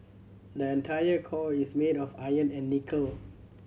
the entire core is made of iron and nickel